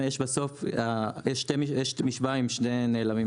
יש משוואה עם שני נעלמים,